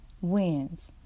wins